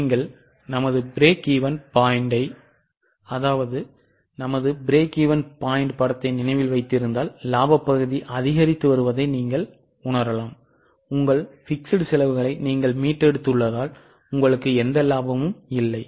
நீங்கள் நமது break even point படத்தை நினைவில் வைத்திருந்தால் இலாபப் பகுதி அதிகரித்து வருவதை நீங்கள் காண்பீர்கள் உங்கள் நிலையான செலவுகளை நீங்கள் மீட்டெடுத்துள்ளதால் உங்களுக்கு எந்த லாபமும் இல்லை